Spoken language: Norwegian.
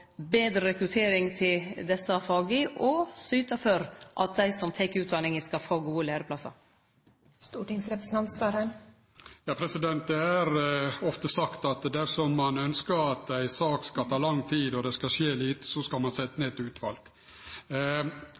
betre rekruttering til desse faga og syte for at dei som tek utdanninga, skal få gode læreplassar. Det er ofte sagt at dersom ein ønskjer at ei sak skal ta lang tid, og at det skal skje lite, skal ein setje ned eit utval.